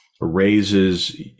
raises